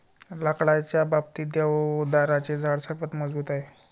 लाकडाच्या बाबतीत, देवदाराचे झाड सर्वात मजबूत आहे